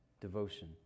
devotion